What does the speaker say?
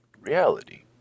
reality